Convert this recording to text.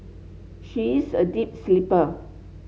she is a deep sleeper